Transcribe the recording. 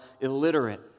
illiterate